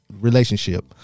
Relationship